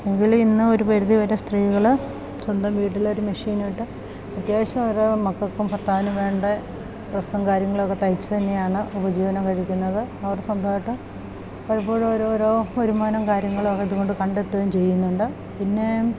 എങ്കിലും ഇന്ന് ഒരു പരിധിവരെ സ്ത്രീകള് സ്വന്തം വീട്ടിലൊരു മെഷീനുണ്ട് അത്യാവശ്യം ഓരോ മക്കൾക്കും ഭർത്താവിനും വേണ്ട ഡ്രസ്സും കാര്യങ്ങളൊക്കെ തയ്ച്ച് തന്നെയാണ് ഉപജീവനം കഴിക്കുന്നത് അവര് സ്വന്തായിട്ട് പലപ്പോഴും ഓരോരോ വരുമാനം കാര്യങ്ങളും ഇതുകൊണ്ട് കണ്ടെത്തുകയും ചെയ്യുന്നുണ്ട് പിന്നെ